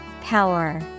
Power